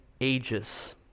ages